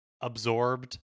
absorbed